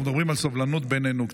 אנחנו מדברים על קצת סובלנות בינינו,